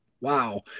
wow